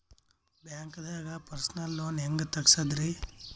ಬ್ಯಾಂಕ್ದಾಗ personal loan ಹೆಂಗ್ ತಗ್ಸದ್ರಿ?